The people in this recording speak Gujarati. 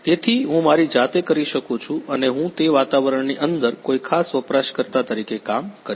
તેથી હું મારી જાતે કરી શકું છું અને હું તે વાતાવરણની અંદર કોઈ ખાસ વપરાશકર્તા તરીકે કામ કરીશ